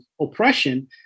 oppression